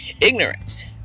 ignorance